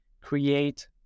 create